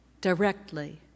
directly